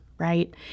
right